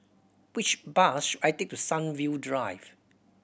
which bus should I take to Sunview Drive